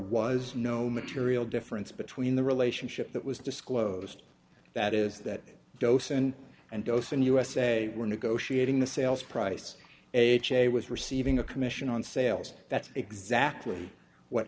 was no material difference between the relationship that was disclosed that is that dose and and dose in usa were negotiating the sales price ha was receiving a commission on sales that's exactly what